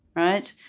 right?